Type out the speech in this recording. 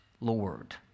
Lord